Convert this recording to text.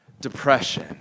depression